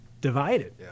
divided